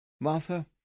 Martha